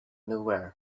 nowhere